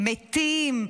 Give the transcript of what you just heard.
מתים,